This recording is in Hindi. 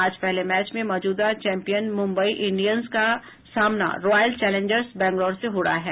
आज पहले मैच में मौजूदा चोंपियन मुम्बई इंडियन्स का सामना रॉयल चौलेंजर्स बेंगलौर से हो रहा है